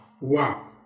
wow